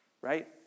Right